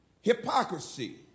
hypocrisy